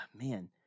man